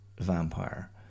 vampire